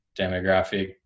demographic